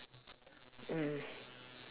mm